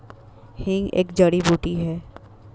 हींग एक जड़ी बूटी है